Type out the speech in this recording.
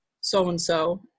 so-and-so